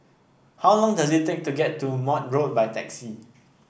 how long does it take to get to Maude Road by taxi